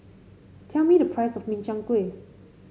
tell me the price of Min Chiang Kueh